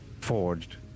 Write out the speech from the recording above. forged